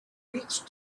reach